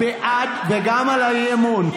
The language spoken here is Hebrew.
וגם על האי-אמון,